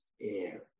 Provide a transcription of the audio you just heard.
air